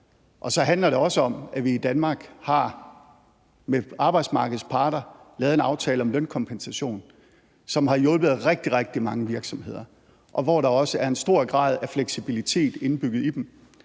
og så handler det også om, at vi i Danmark med arbejdsmarkedets parter har lavet en aftale om lønkompensation, som har hjulpet rigtig, rigtig mange virksomheder, og hvor der også er en stor grad af fleksibilitet indbygget i dem,